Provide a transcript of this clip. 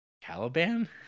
Caliban